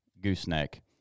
gooseneck